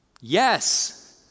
Yes